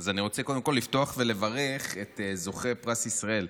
אני רוצה קודם כול לפתוח ולברך את זוכה פרס ישראל.